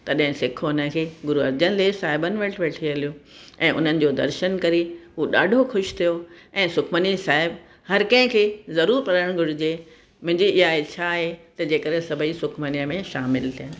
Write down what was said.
तॾहिं सिख हुनखे गुरु अर्जनदेव साहिबनि वटि वठी हलियो ऐं हुननि जो दर्शन करी उहो ॾाढो ख़ुशि थियो ऐं सुखमनी साहिबु हर कंहिंखे ज़रूरु पढ़णु घुरिजे मुंहिंजी इहा इच्छा आहे त जेकरे सभई सुखमनीअ में शामिलु थियनि